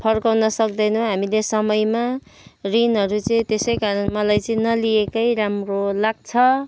फर्काउन सक्दैनौँ हामीले समयमा ऋणहरू चाहिँ त्यसै कारण मलाई चाहिँ नलिएकै राम्रो लाग्छ